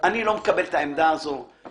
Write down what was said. חלה גם על אופניים וגם על קורקינט.